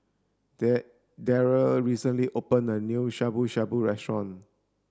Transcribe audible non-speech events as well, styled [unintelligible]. [unintelligible] Deryl recently opened a new Shabu Shabu restaurant